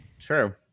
True